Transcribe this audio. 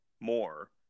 more